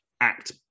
act